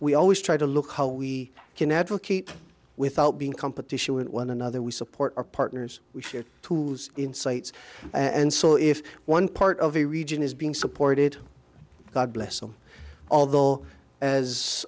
we always try to look how we can advocate without being competition with one another we support our partners which are to lose insights and so if one part of the region is being supported god bless them although as